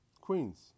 Queens